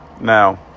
Now